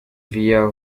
via